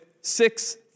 six